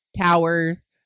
towers